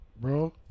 bro